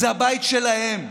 זה הבית שלהם.